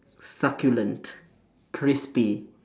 succulent crispy